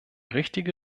richtige